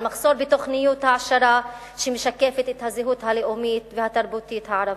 על מחסור בתוכניות העשרה שמשקפות את הזהות הלאומית והתרבותית הערבית.